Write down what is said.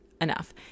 enough